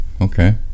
Okay